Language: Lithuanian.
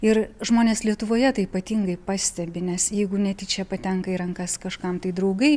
ir žmonės lietuvoje tai ypatingai pastebi nes jeigu netyčia patenka į rankas kažkam tai draugai